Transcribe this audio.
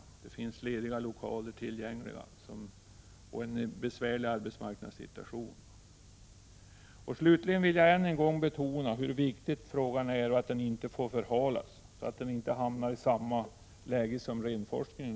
Det finns lokaler tillgängliga, och orten har en besvärlig arbetsmarknadssituation. Slutligen vill jag än en gång betona hur viktig frågan är och att den inte får förhalas. Den får inte hamna i samma läge som renforskningen.